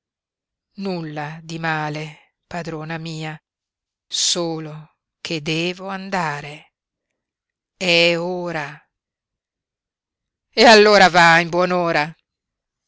nulla di male padrona mia solo che devo andare è ora e allora va in buon'ora